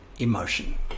emotion